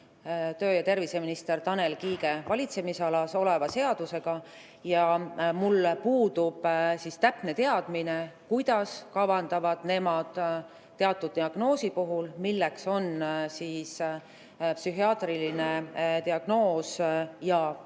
töö- ja terviseministri Tanel Kiige valitsemisalas oleva seadusega ja mul puudub täpne teadmine, kuidas kavandavad nemad teatud diagnoosi puhul, mis on psühhiaatriline diagnoos – tõesti,